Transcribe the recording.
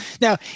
Now